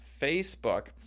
facebook